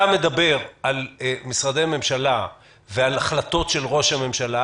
אתה מדבר על משרדי ממשלה ועל החלטות של ראש הממשלה,